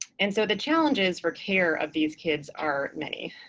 and so the challenges for care of these kids are many.